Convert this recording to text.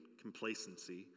complacency